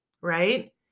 right